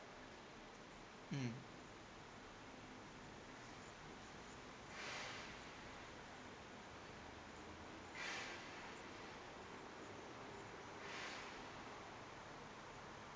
mm